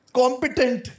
competent